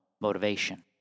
motivation